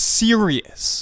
serious